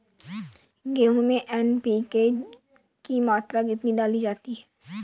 गेहूँ में एन.पी.के की मात्रा कितनी डाली जाती है?